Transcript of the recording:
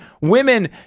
women